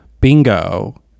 Bingo